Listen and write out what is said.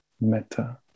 metta